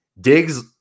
Diggs